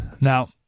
Now